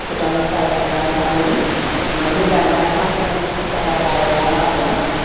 फुटाउने चलन छ अनि निधारमा सात रङको टिका लगाएर होइन